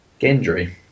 Gendry